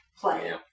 play